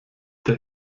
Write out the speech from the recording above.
der